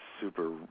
super